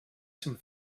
some